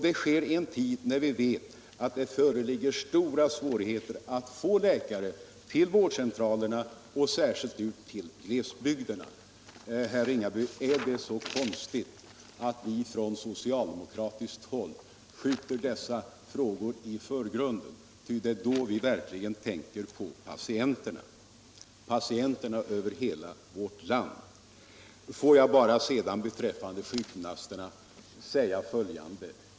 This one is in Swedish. Det sker i en tid då vi vet att det föreligger stora svårigheter att få läkare till vårdcentralerna, särskilt i glesbygderna. Är det så konstigt, herr Ringaby, att vi från socialdemokratiskt håll skjuter dessa frågor i förgrunden, när vi ju tänker på patienterna i hela vårt land? Sedan vill jag beträffande sjukgymnasterna säga följande.